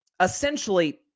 essentially